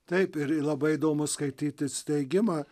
taip ir ir labai įdomu skaityt įsteigimą